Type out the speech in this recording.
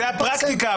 זאת הפרקטיקה,